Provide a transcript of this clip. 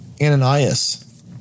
Ananias